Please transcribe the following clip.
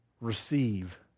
receive